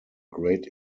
great